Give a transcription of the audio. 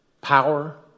power